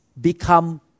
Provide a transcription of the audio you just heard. become